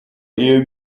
iyo